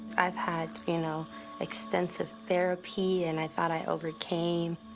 i've had you know extensive therapy and i thought i overcame.